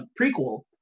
prequel